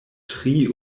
tri